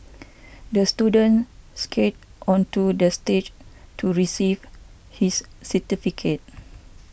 the student skated onto the stage to receive his certificate